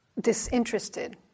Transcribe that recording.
disinterested